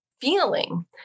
feeling